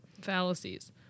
fallacies